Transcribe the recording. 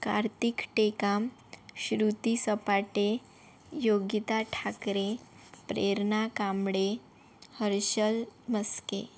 Kartik Tekam Shruti Sapate Yogita Thakare Prerna Kambade Harshal Maske